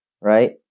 right